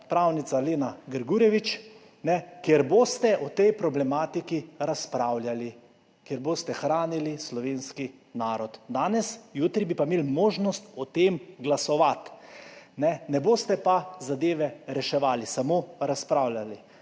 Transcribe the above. pravnica Lena Grgurevič, kjer boste o tej problematiki razpravljali, kjer boste hranili slovenski narod danes, jutri bi pa imeli možnost o tem glasovati. Ne boste pa zadeve reševali, samo razpravljali.